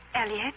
Elliot